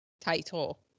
title